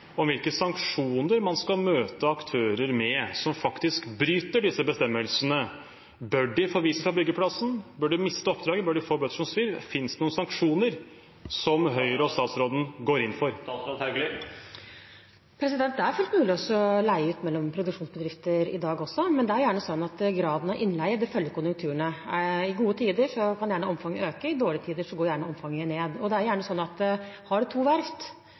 om hvilke sanksjoner man skal møte aktører med som faktisk bryter disse bestemmelsene. Bør de forvises fra byggeplassen? Bør de miste oppdraget? Bør de få bøter som svir? Finnes det noen sanksjoner som statsråden går inn for? Det er fullt mulig å leie ut mellom produksjonsbedrifter i dag også, men det er gjerne slik at graden av innleie følger konjunkturene. I gode tider kan omfanget øke, og i dårlige tider går gjerne omfanget ned. Det er gjerne slik at er det to verft og det er oppgangstid, er det oppgangstid for begge verftene. Det betyr at